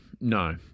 No